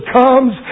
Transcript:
comes